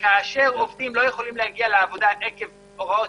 כאשר עובדים לא יכולים להגיע לעבודה עקב הוראות